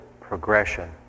progression